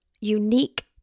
unique